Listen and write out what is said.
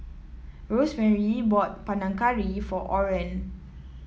Rosemarie bought Panang Curry for Oren